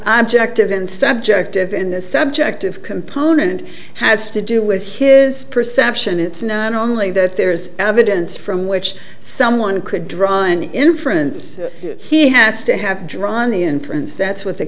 objective and subjective in the subjective component has to do with his perception it's not only that there is evidence from which someone could draw an inference he has to have drawn the inference that's what the